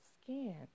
skin